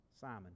Simon